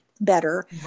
better